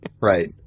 Right